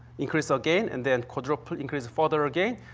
increase so again, and then quadruple, increase further again.